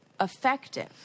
effective